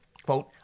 Quote